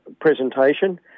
presentation